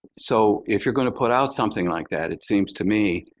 so, if you're going to put out something like that, it seems to me,